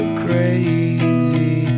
crazy